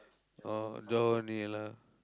oh Johor only lah